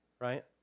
right